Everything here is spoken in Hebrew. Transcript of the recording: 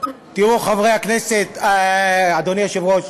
תראו, חברי הכנסת, אדוני היושב-ראש,